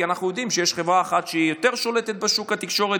כי אנחנו יודעים שיש חברה אחת שהיא יותר שולטת בשוק התקשורת